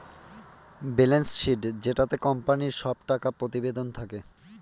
balance sheet যেটাতে কোম্পানির সব টাকা প্রতিবেদন থাকে